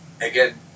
again